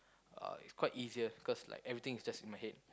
uh is quite easier cause like everything is just in my head